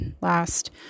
last